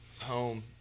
home